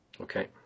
Okay